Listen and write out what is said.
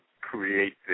create